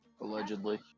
allegedly